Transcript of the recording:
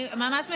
אני ממש מסיימת,